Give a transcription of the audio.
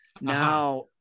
Now